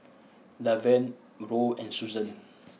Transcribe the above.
Lavern Roe and Susan